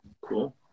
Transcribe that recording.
Cool